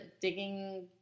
digging